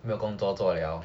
没有工作了